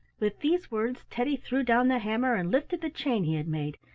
with these words teddy threw down the hammer and lifted the chain he had made,